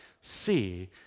see